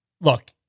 Look